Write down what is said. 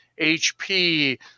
HP